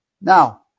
Now